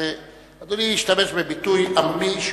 אדוני השתמש בביטוי עממי,